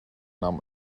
nahm